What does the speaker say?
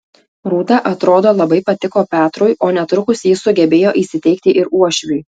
rūta atrodo labai patiko petrui o netrukus ji sugebėjo įsiteikti ir uošviui